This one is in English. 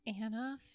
Anna